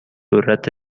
ذرت